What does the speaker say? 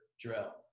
drill